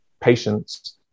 patients